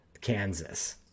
Kansas